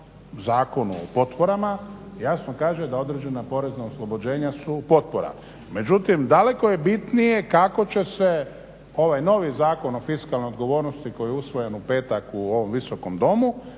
Zakonu o potporama jasno kaže da određena porezna oslobođenja su potpora. Međutim daleko je bitnije kako se će se ovaj novi Zakon o fiskalnoj odgovornosti koji je usvojen u petak u ovom Visokom domu